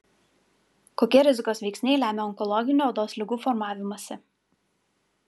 kokie rizikos veiksniai lemia onkologinių odos ligų formavimąsi